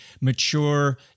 mature